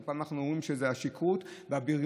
ופעם אנחנו אומרים שזה השכרות והבריונות,